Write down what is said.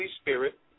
Spirit